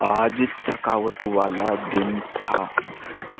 आज थकावट वाला दिन था